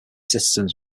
citizens